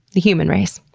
the human race.